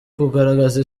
kugaragaza